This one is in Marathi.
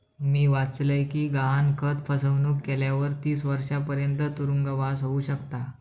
मी वाचलय कि गहाणखत फसवणुक केल्यावर तीस वर्षांपर्यंत तुरुंगवास होउ शकता